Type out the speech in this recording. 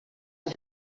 ser